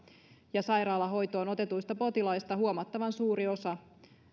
ja sairaalahoitoon otetuista potilaista huomattavan suuri osa